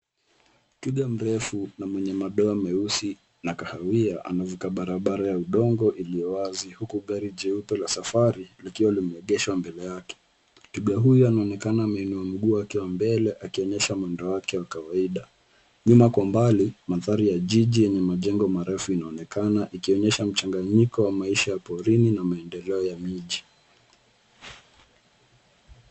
Twiga mrefu na mwenye madoa meusi na kahawia anavuka barabara ya udongo iliyo wazi huku gari jeupe la safari likiwa limeegeshwa mbele yake. Twiga huyo anaonekana ameinua mguu wake wa mbele akionyesha mwendo wake wa kawaida. Nyuma kwa mbali, mandhari ya jiji yenye majengo marefu inaonekana ikionyesha mchanganyiko wa maisha ya porini na maendeleo ya miji.